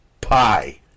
pie